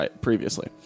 previously